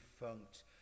defunct